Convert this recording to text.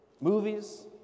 movies